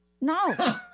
No